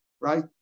right